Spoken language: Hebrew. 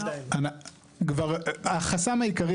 החסם העיקרי,